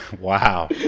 Wow